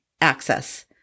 access